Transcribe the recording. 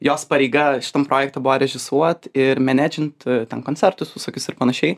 jos pareiga šitam projekte buvo režisuot ir menedžint ten koncertus visokius ir panašiai